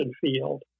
field